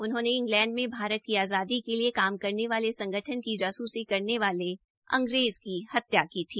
उन्होंने इंग्लेंड में भारत की आजादी के लिए काम करने वाले संगठन की जासूसी करने वाले अंग्रेज की हत्या की थी